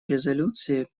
резолюции